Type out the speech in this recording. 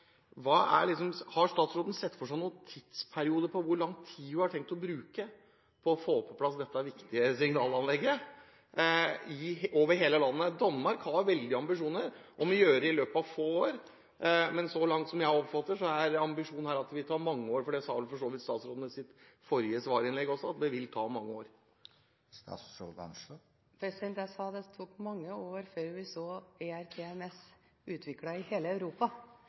hvor lang tid hun har tenkt å bruke på å få på plass dette viktige signalanlegget over hele landet? Danmark har veldige ambisjoner, de vil gjøre det i løpet av få år. Men så langt jeg oppfatter, er ambisjonen her at vi skal bruke mange år – statsråden sa vel i sitt forrige svarinnlegg også at det vil ta mange år. Jeg sa det ville ta mange år før vi fikk se ERTMS utviklet i hele Europa.